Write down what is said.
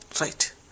Right